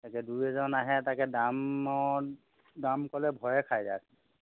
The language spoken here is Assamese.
এতিয়া দুই এজন আহে তাকে দামত দাম ক'লে ভয়ে খাই যায়